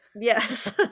yes